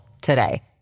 today